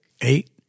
eight